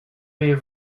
way